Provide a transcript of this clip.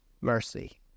mercy